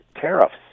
tariffs